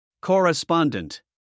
Correspondent